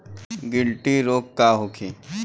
गिलटी रोग का होखे?